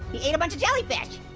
he ate a bunch of jellyfish.